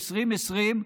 ב-2020,